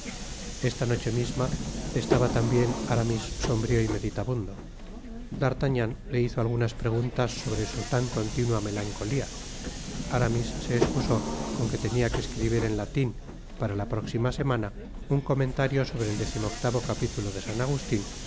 esta noche misma estaba tambien aramis sombrio y meditabundo d'artagnan le hizo algunas preguntas sobre su tan continua melancolia aramis se escusó con que tenia que escribir en latin para la próxima semana un comentario sobre el décimo octavo capitulo de san agustín